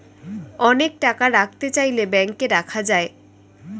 অনেক টাকা রাখতে চাইলে ব্যাংকে রাখা যায়